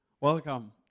Welcome